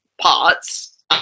parts